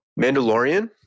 Mandalorian